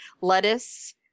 lettuce